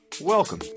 Welcome